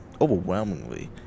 Overwhelmingly